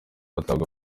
batabwa